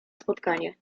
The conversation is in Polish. spotkanie